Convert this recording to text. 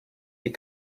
die